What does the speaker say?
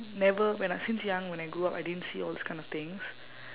never when I since young when I grew up I didn't see all those kind of things